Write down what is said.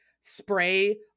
spray